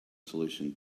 solution